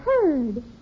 heard